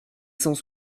cent